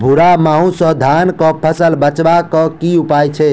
भूरा माहू सँ धान कऽ फसल बचाबै कऽ की उपाय छै?